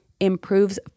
improves